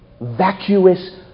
vacuous